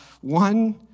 one